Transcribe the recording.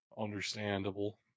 Understandable